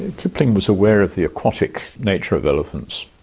kipling was aware of the aquatic nature of elephants.